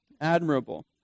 admirable